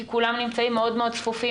כי כולם נמצאים מאוד מאוד צפופים.